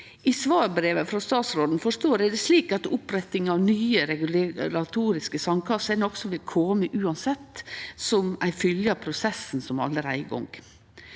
I svarbrevet frå statsråden forstår eg det slik at oppretting av nye regulatoriske sandkasser er noko som vil kome uansett, som ei fylgje av prosessen som allereie er i gang.